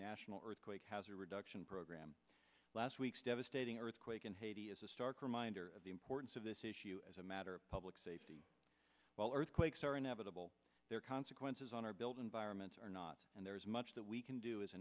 national earthquake has a reduction program last week's devastating earthquake in haiti is a stark reminder of the importance of this issue as a matter of public safety while earthquakes are inevitable there are consequences on our build environment or not and there is much that we can do as a